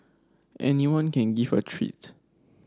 anyone can give a treat